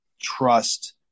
trust –